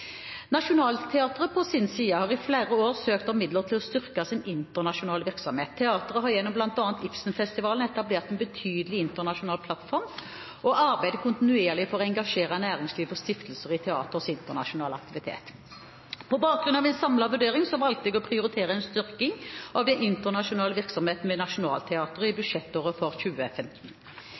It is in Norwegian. på sin side i flere år søkt om midler til å styrke sin internasjonale virksomhet. Teatret har gjennom bl.a. Ibsenfestivalen etablert en betydelig internasjonal plattform og arbeider kontinuerlig for å engasjere næringsliv og stiftelser i teatrets internasjonale aktivitet. På bakgrunn av en samlet vurdering valgte jeg å prioritere en styrking av den internasjonale virksomheten ved Nationaltheatret i budsjettåret 2015.